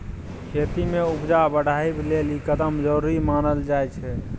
खेती में उपजा बढ़ाबइ लेल ई कदम जरूरी मानल जाइ छै